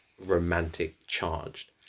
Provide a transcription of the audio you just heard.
romantic-charged